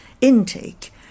intake